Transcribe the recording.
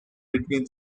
between